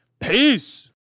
Peace